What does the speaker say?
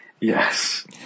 Yes